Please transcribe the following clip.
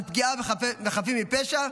על פגיעה בחפים מפשע?